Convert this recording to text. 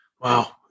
Wow